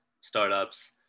startups